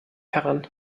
heran